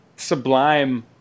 Sublime